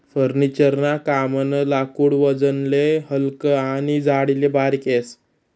furniture ना कामनं लाकूड वजनले हलकं आनी जाडीले बारीक येस